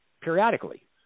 periodically